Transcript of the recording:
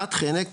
עניבת חנק,